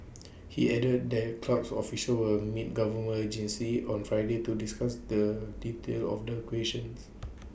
he added that clubs officials will meet government agencies on Friday to discuss the details of the acquisitions